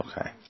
Okay